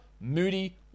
Moody